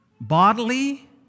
bodily